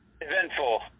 eventful